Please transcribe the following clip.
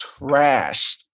trashed